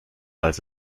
als